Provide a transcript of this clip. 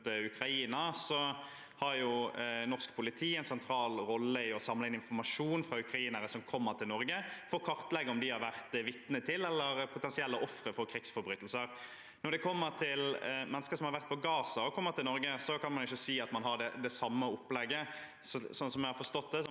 Ukraina, en sentral rolle i å samle inn informasjon fra ukrainere som kommer til Norge, for å kartlegge om de har vært vitne til eller er potensielle ofre for krigsforbrytelser. Når det gjelder mennesker som har vært i Gaza og kommer til Norge, kan man ikke si at man har det samme opplegget. Sånn jeg har forstått det,